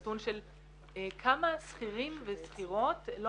נתון של כמה שכירים ושכירות לא